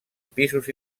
pisos